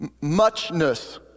Muchness